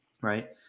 Right